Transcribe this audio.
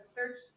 search